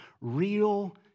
real